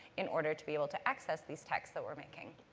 in order to be able to access these texts that we're making.